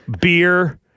beer